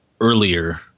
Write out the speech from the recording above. earlier